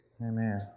Amen